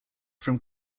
from